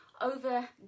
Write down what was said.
over